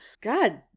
God